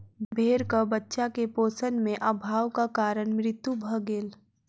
भेड़क बच्चा के पोषण में अभावक कारण मृत्यु भ गेल